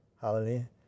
Hallelujah